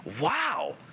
wow